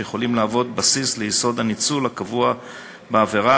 שיכולים להוות בסיס ליסוד הניצול הקבוע בעבירה,